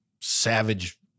savage